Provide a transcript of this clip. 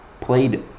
played